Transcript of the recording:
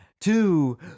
two